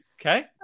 okay